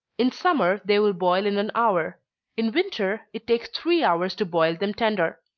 in summer, they will boil in an hour in winter, it takes three hours to boil them tender.